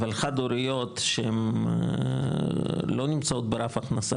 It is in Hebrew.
אבל חד הוריות שהן לא נמצאות ברף ההכנסה